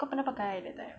kau pernah pakai that time